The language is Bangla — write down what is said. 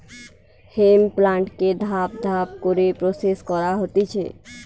হেম্প প্লান্টকে ধাপ ধাপ করে প্রসেস করা হতিছে